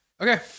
Okay